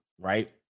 right